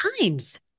times